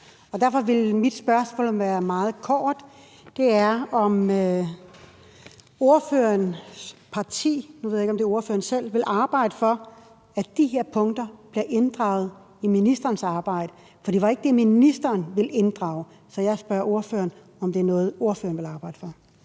ved jeg ikke, om det er ordføreren selv – vil arbejde for, at de her punkter bliver inddraget i ministerens arbejde. For det var ikke det, ministeren ville inddrage, så jeg spørger ordføreren, om det er noget, ordføreren vil arbejde for.